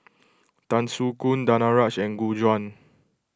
Tan Soo Khoon Danaraj and Gu Juan